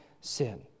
sin